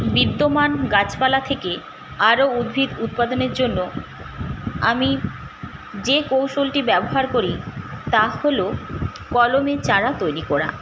বিদ্যমান গাছপালা থেকে আরও উদ্ভিদ উৎপাদনের জন্য আমি যে কৌশলটি ব্যবহার করি তা হল কলমে চারা তৈরি করা